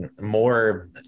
more